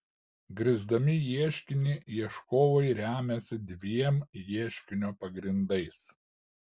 grįsdami ieškinį ieškovai remiasi dviem ieškinio pagrindais